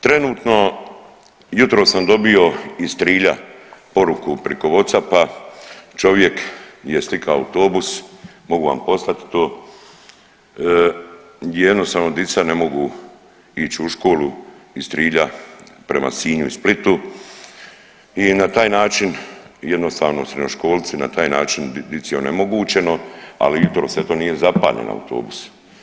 Trenutno jutros sam dobio iz Trilja poruku preko Whatsappa, čovjek je slikao autobus, mogu vam poslati to, jednostavno dica ne mogu ići u školu iz Trilja prema Sinju i Splitu i na taj način jednostavno srednjoškolci na taj način, dici je onemogućeno, ali jutros, eto nije zapaljen autobus.